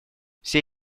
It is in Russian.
все